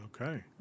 Okay